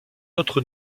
autre